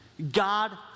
God